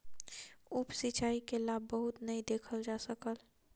उप सिचाई के लाभ बहुत नै देखल जा सकल